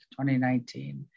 2019